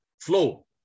flow